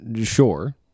Sure